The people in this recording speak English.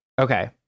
Okay